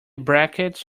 brackets